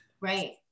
Right